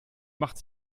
macht